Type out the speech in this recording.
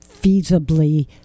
feasibly